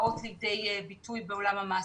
באות לידי ביטוי בעולם המעשה.